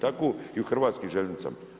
Tako i u hrvatskim željeznicama.